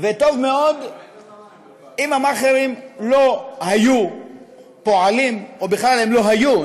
וטוב מאוד אם המאכערים לא היו פועלים או בכלל הם לא היו,